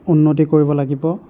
উন্নতি কৰিব লাগিব